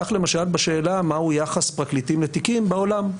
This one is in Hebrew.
כך למשל בשאלה מהו יחס פרקליטים לתיקים בעולם.